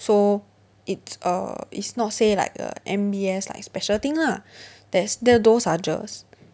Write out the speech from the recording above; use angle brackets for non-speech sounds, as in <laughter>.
so it's a it's not say like a N_B_S like special thing lah <breath> there's those are GERS